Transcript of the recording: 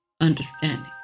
understanding